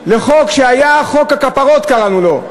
לחוק שהיה, חוק הכפרות, קראנו לו.